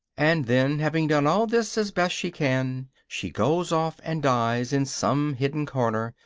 and then, having done all this as best she can, she goes off and dies in some hidden corner,